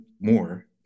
more